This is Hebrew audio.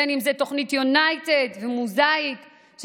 כמו תוכניות יונייטד ומוזאיק,